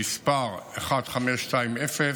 מ/1520,